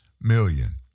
million